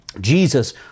Jesus